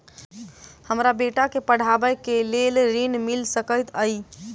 हमरा बेटा केँ पढ़ाबै केँ लेल केँ ऋण मिल सकैत अई?